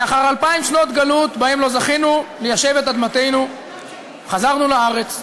לאחר אלפיים שנות גלות שבהן לא זכינו ליישב את אדמתנו חזרנו לארץ,